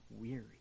weary